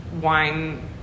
wine